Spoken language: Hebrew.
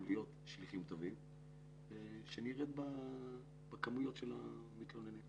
להיות שליחים טובים ושנרד במספרים של המתלוננים תודה.